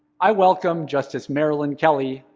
i welcome justice marilyn kelly,